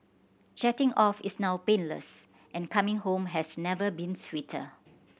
jetting off is now painless and coming home has never been sweeter